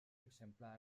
exemplars